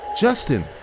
Justin